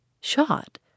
Shot